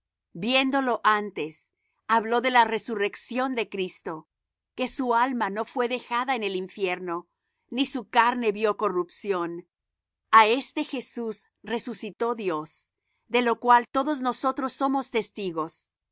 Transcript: viéndolo antes habló de la resurrección de cristo que su alma no fué dejada en el infierno ni su carne vió corrupción a este jesús resucitó dios de lo cual todos nosotros somos testigos así que